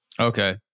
Okay